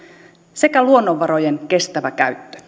sekä luonnonvarojen kestävä käyttö